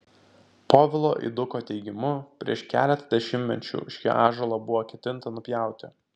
povilo eiduko teigimu prieš keletą dešimtmečių šį ąžuolą buvo ketinta nupjauti